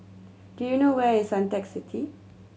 do you know where is Suntec City